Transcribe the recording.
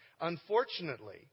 Unfortunately